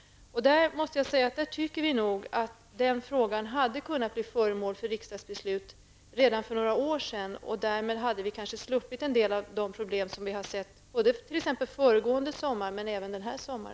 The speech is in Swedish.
Därför tycker vi nog att frågan hade kunnat bli föremål för riksdagens beslut redan för några år sedan. Därmed hade vi kanske sluppit en del av de problem som vi har sett föregående sommar men även denna sommar.